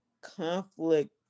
conflict